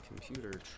computer